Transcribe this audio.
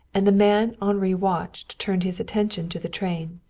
and the man henri watched turned his attention to the train.